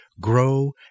grow